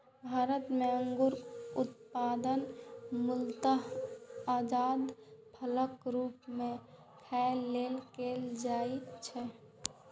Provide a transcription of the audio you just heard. भारत मे अंगूरक उत्पादन मूलतः ताजा फलक रूप मे खाय लेल कैल जाइ छै